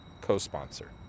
co-sponsor